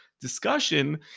discussion